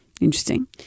Interesting